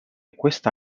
questa